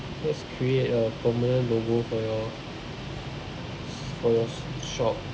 let's create a permanent logo for your for your shop